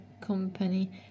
company